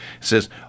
says